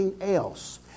else